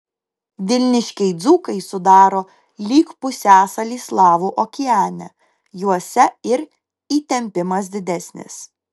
vilniškiai dzūkai sudaro lyg pusiasalį slavų okeane juose ir įtempimas didesnis